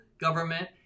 government